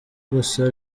gusa